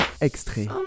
extrait